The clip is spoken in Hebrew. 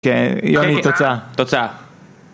כן, יוני תוצאה תוצאה